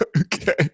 Okay